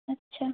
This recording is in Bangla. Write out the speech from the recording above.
আচ্ছা